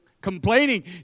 complaining